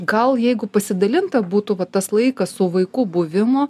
gal jeigu pasidalinta būtų vat tas laikas su vaiku buvimo